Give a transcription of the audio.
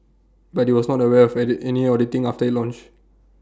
but he was not aware for edit any auditing after IT launched